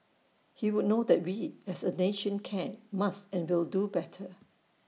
he would know that we as A nation can must and will do better